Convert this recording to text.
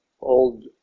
old